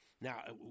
Now